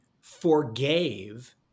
forgave